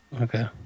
Okay